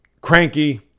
cranky